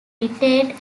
retained